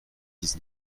dix